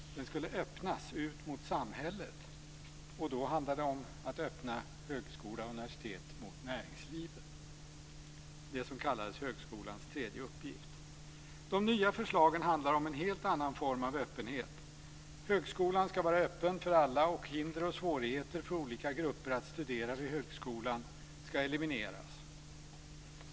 Högskolan skulle öppnas ut mot samhället, och då handlade det om att öppna högskola och universitet mot näringslivet, det som kallades högskolans tredje uppgift. De nya förslagen handlar om en helt annan form av öppenhet. Högskolan ska vara öppen för alla, och hinder och svårigheter för olika grupper att studera vid högskolan ska elimineras.